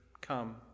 come